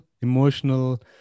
emotional